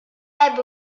ebbe